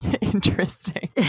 Interesting